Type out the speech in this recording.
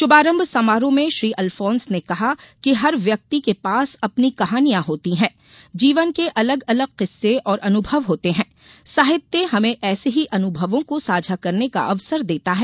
शुभारंभ समारोह में श्री अलफोन्स ने कहा कि हर व्यक्ति के पास अपनी कहानियां होती हैं जीवन के अलग अलग किस्से और अनुभव होते हैं साहित्य हमें ऐसे ही अनुभवों को साझा करने का अवसर देता है